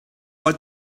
but